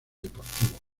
deportivo